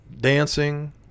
dancing